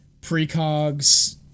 precogs